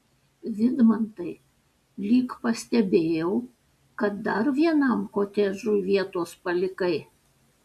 vidmantai lyg pastebėjau kad dar vienam kotedžui vietos palikai